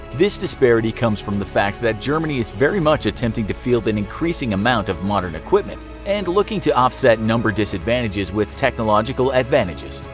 this disparity comes from the fact that germany is very much attempting to field an increasing amount of modern equipment, and looking to offset number disadvantages with technological advantages.